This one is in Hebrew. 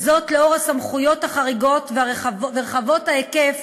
וזאת לנוכח הסמכויות החריגות ורחבות ההיקף